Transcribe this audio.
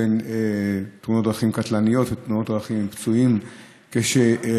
תאונות דרכים קטלניות ותאונות דרכים עם פצועים קשה.